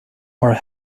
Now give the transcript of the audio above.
are